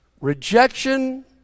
rejection